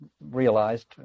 realized